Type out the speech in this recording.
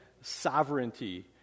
sovereignty